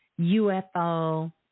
UFO